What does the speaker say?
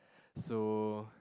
so